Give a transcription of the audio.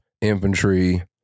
infantry